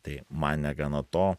tai man negana to